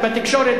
גם בתקשורת,